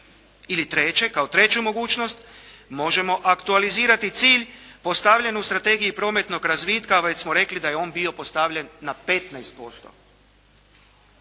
Ili treće, kao treću mogućnost, možemo aktualizirati cilj postavljen u strategiji prometnog razvitka, već smo rekli da je on bio postavljen na 15%.